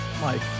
Mike